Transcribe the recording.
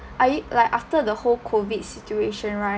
are you like after the whole COVID situation right